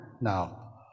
now